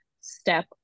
step